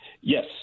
Yes